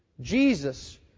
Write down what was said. Jesus